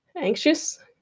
anxious